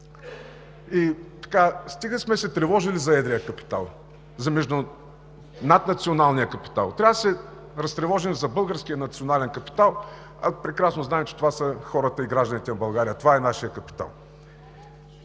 мерки. Стига сме се тревожили за едрия капитал, за наднационалния капитал. Трябва да се разтревожим за българския национален капитал, а прекрасно знаем, че това са хората и гражданите в България. Това е нашият капитал.